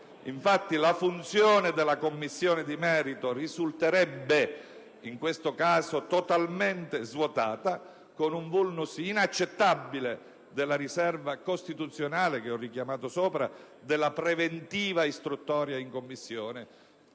Infatti, la funzione della Commissione di merito risulterebbe in questo caso totalmente svuotata, con un *vulnus* inaccettabile della riserva costituzionale, che ho prima richiamato, della preventiva istruttoria in Commissione